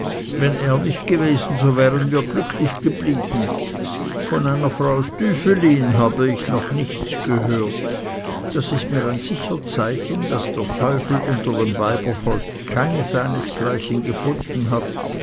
wenn er nicht gewesen so wären wir glücklich geblieben von einer frau tüfelin habe ich noch nichts gehört das ist mir ein sicher zeichen daß der teufel unter dem weibervolk keine seinesgleichen gefunden hat